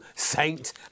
Saint